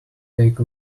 take